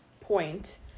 point